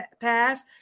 pass